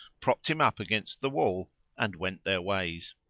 propped him up against the wall and went their ways.